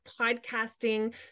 podcasting